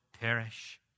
perish